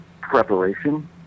preparation